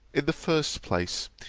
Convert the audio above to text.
in the first place,